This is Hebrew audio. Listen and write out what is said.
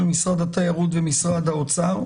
של משרד התיירות ומשרד האוצר,